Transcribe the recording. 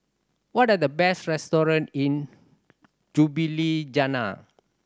what are the best restaurant in Ljubljana